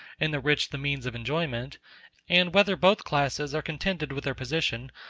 and the rich the means of enjoyment and whether both classes are contented with their position,